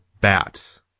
bats